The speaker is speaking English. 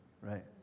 right